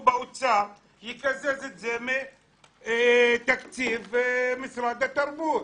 והאוצר יקזז את זה מתקציב משרד התרבות?